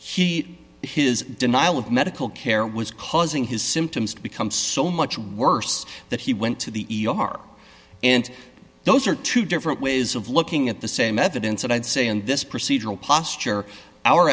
that he his denial of medical care was causing his symptoms to become so much worse that he went to the e r and those are two different ways of looking at the same evidence that i'd say and this procedural posture our